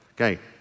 Okay